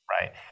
right